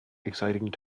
exciting